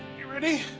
you ready?